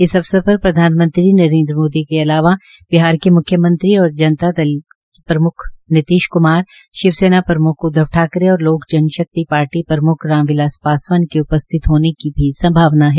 इस अवसर पर प्रधानमंत्री नरेन्द्र मोदी के अलावा बिहार के म्ख्य मंत्री और जनता दल यूनाटेड प्रम्ख नितिश क्मार शिव सेना प्रम्ख उद्वव ठाकरे और लोक जनशक्ति पार्टी प्रम्ख राम बिलास पासवान के उपस्थित होने की संभावना है